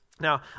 Now